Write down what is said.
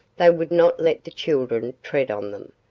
they would not let the children tread on them,